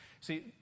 See